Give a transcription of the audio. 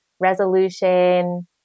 resolution